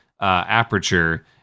aperture